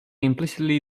implicitly